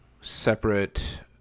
separate